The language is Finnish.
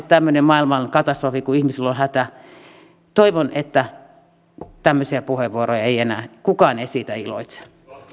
tämmöinen maailman katastrofi kun ihmisillä on hätä ei ole kenellekään ilonaihe toivon että tämmöisiä puheenvuoroja ei enää tule kukaan ei siitä iloitse